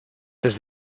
does